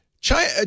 China